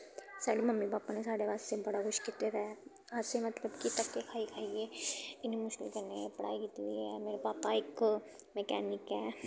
साढ़े mummy papa ने साढ़े बास्ते बड़ा कुछ कीते दा ऐ असें मतलब कि धक्के खाई खाइयै इन्नी मुश्कल कन्नै पढ़ाई कीती दी ऐ मेरे पापा इक मकैनिक ऐं